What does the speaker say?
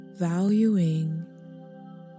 valuing